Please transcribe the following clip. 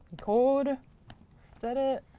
record. set it.